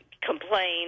complain